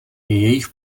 jejich